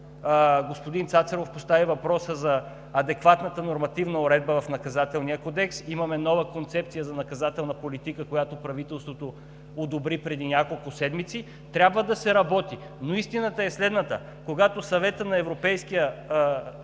господин Цацаров постави въпроса за адекватната нормативна уредба в Наказателния кодекс. Имаме нова концепция за наказателна политика, която правителството одобри преди няколко седмици. Трябва да се работи, но истината е следната: когато Съветът на Европейския